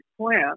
plant